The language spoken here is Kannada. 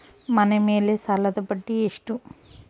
ಮನೆ ಮೇಲೆ ಸಾಲದ ಬಡ್ಡಿ ಎಷ್ಟು?